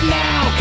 now